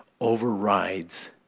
overrides